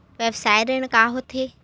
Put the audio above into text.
व्यवसाय ऋण का होथे?